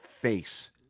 face